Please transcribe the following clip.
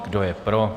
Kdo je pro?